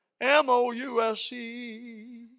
M-O-U-S-E